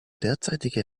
derzeitige